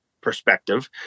perspective